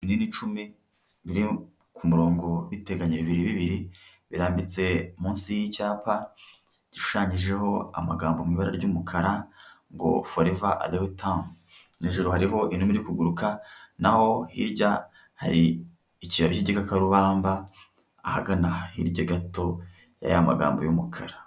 Ibinini icumi biri ku murongo biteganye bibiri bibiri birambitse munsi y'icyapa gishushanyijeho amagambo y'ibara ry'umukara ngo foreva arewutamu, hejuru hariho inuma iri kuguruka naho hirya hari ikibabi cy'igikarubamba ahagana hirya gato ya y'amagambo y'umukara